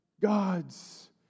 God's